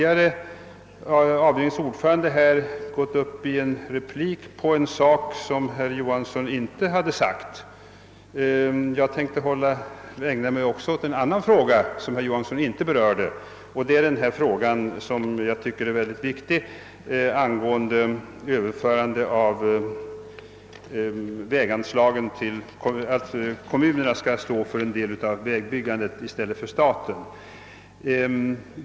Fjärde avdelningens ordförande har tidigare i en replik påpekat något som herr Johansson i Norrköping inte hade sagt. Också jag tänker ägna mig åt en fråga, som herr Johansson inte berörde men som jag tycker är mycket viktig, nämligen överförandet av en del av ansvaret för vägbyggandet från staten till kommunerna.